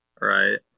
Right